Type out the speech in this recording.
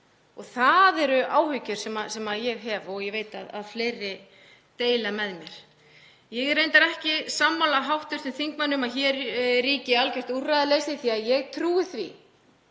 Það eru áhyggjur sem ég hef og ég veit að aðrir deila með mér. Ég er reyndar ekki sammála hv. þingmanni um að hér ríki algjört úrræðaleysi því að ég trúi því